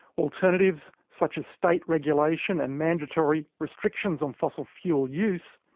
alternatives, such as state regulation and mandatory restrictions on fossil fuel use,